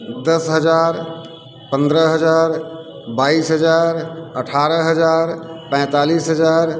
दस हज़ार पंद्रह हज़ार बाईस हज़ार अठारह हज़ार पैंतालीस हज़ार